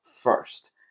first